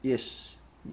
yes